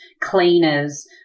cleaners